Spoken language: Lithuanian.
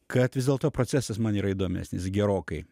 kad vis dėlto procesas man yra įdomesnis gerokai